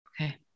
okay